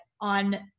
on